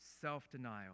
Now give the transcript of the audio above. self-denial